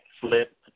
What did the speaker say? Flip